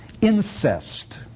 Incest